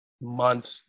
month